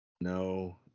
No